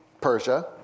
Persia